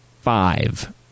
five